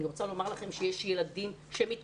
אני רוצה לומר לכם שיש ילדים שמתקשים